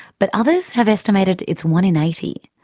but others have estimated it's one in eighty.